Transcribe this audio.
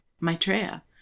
Maitreya